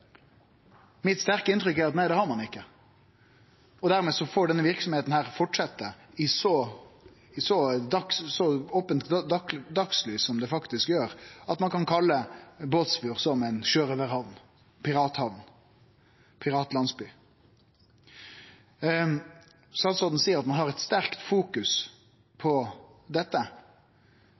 Mitt sterke inntrykk er: Nei, det har ein ikkje. Dermed får denne verksemda fortsetje i dagslys, slik ho gjer, og ein kan kalle Båtsfjord for ein sjørøvarhamn, ein piratlandsby. Statsråden seier at ein har eit sterkt fokus på dette.